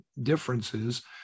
differences